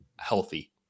healthy